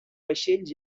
vaixells